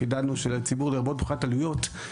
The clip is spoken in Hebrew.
חידדנו שלציבור לרבות מבחינת עלויות,